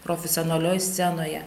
profesionalioj scenoje